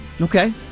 Okay